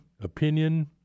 opinion